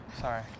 sorry